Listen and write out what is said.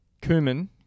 Cumin